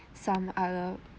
some other